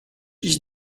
iść